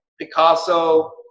Picasso